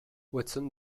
watson